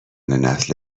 نسل